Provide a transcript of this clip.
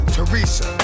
Teresa